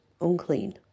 unclean